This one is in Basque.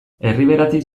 erriberatik